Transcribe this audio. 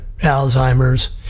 Alzheimer's